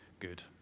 Good